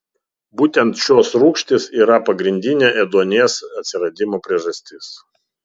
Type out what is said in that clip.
būtent šios rūgštys yra pagrindinė ėduonies atsiradimo priežastis